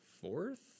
fourth